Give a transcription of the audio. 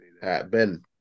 Ben